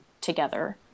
together